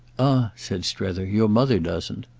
ah, said strether, your mother doesn't.